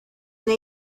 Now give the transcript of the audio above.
una